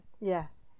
Yes